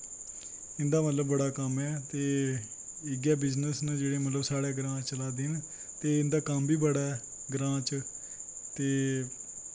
इं'दा मतलब बड़ा कम्म ऐ ते इ'यै बिजनस न जेह्ड़े मतलब साढ़ै ग्रांऽ चला दे न ते इं'दा कम्म बी बड़ा ऐ ग्रांऽ च ते